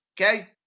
okay